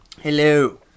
Hello